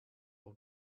all